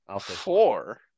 Four